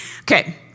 Okay